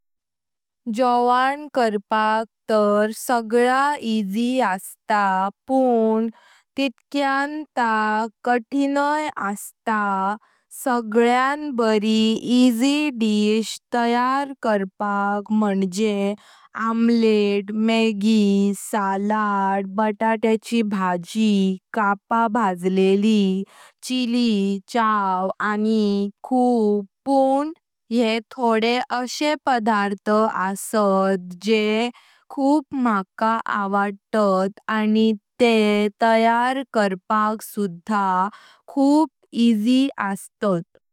जावन करपाक तर सगला इसी अस्त पण तितक्यां ता कठीणाई अस्त। सगळ्यान बारी इसी तयार करपाक म्हणजे आमलेट, मॅगी, सलाड, बटाट्याची भाजी, कप भाजलिली, चिली आणि खूप पण येह थोड़े असे पदार्थ असत जे खूप मका आवडतात आणि ते तयार करपाक सुधा खूप इसी असत।